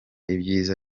ibyiza